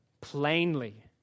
plainly